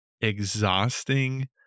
exhausting